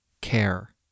care